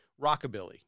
rockabilly